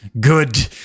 good